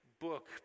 book